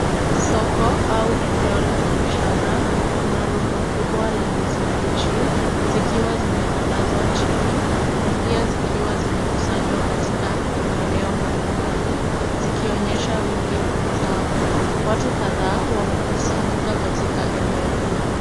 Soko au eneo la biashara. Kuna rundo kubwa la ndizi mbichi zikiwa zimetandazwa chini na pia zikiwa zimekusanywa katika maeneo mbalimbali zikionyesha wingi wa mazao. Watu kadhaa wamekusanyika katika eneo hilo.